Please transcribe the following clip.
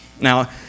Now